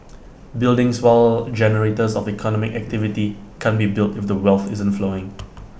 buildings while generators of economic activity can't be built if the wealth isn't flowing in